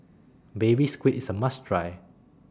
Baby Squid IS A must Try